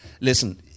Listen